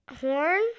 Horn